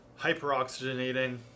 hyperoxygenating